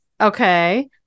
Okay